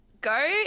Go